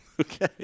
Okay